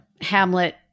Hamlet